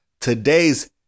Today's